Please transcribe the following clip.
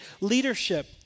leadership